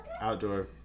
outdoor